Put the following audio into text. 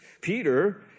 Peter